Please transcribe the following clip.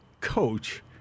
coach